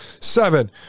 Seven